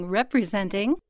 representing